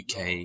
UK